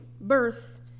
birth